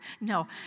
No